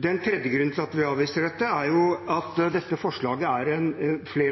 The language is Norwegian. Den tredje grunnen til at vi avviser dette, er jo at flere